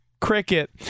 cricket